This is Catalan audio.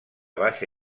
baixa